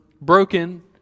broken